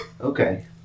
Okay